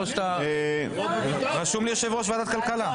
שאתה --- רשום לי יושב-ראש ועדת הכלכלה.